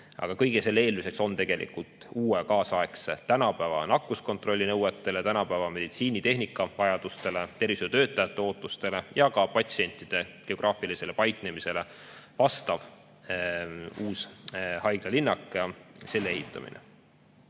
Aga kõige selle eelduseks on uue, kaasaegse, tänapäeva nakkuskontrolli nõuetele, tänapäeva meditsiinitehnika vajadustele, tervishoiutöötajate ootustele ja ka patsientide geograafilisele paiknemisele vastava uue haiglalinnaku ehitamine.